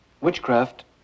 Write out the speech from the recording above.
Witchcraft